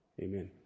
amen